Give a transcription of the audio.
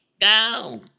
go